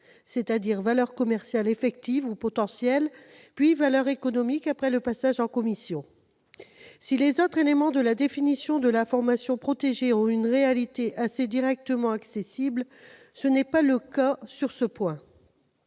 c'est-à-dire « valeur commerciale, effective ou potentielle », puis « valeur économique » après le passage en commission. Si les autres éléments de la définition de l'information protégée ont une réalité assez directement accessible, ce n'est pas le cas sur ce point.